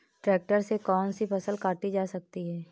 Tractor से कौन सी फसल काटी जा सकती हैं?